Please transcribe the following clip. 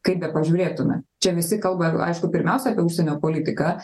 kaip bepažiūrėtume čia visi kalba aišku pirmiausia apie užsienio politiką